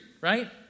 right